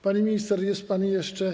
Pani minister, jest pani jeszcze?